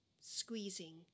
squeezing